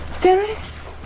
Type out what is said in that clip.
Terrorists